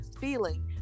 feeling